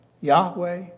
Yahweh